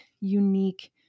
unique